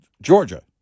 Georgia